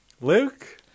Luke